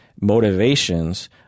motivations